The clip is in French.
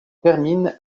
termine